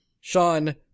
Sean